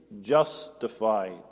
justified